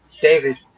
David